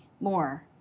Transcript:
more